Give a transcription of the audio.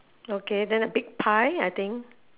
okay then the big pie I think